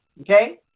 Okay